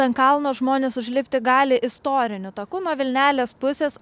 ant kalno žmonės užlipti gali istoriniu taku nuo vilnelės pusės